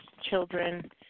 children